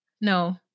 No